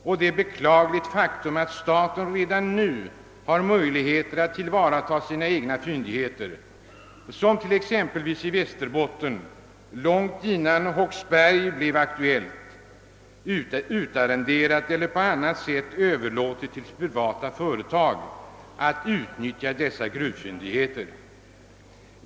Det är ett beklagligt faktum att staten redan nu har möjligheter att tillvarata sina egna fyndigheter, såsom t.ex. i Västerbotten, långt innan Håksberg blev aktuellt, utarrenderat eller på annat sätt överlåtit till privata företag att utnyttja dessa gruvfyndigheter.